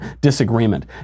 disagreement